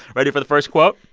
ready for the first quote?